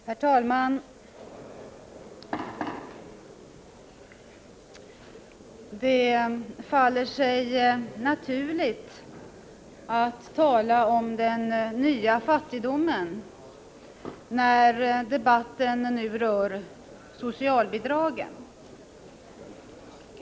Herr talman! Det faller sig naturligt att tala om den nya fattigdomen när debatten nu rör socialbidragen.